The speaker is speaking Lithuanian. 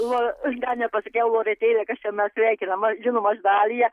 lo aš da nepasakiau loretėle kas čia mes sveikinam aš žinoma aš dalija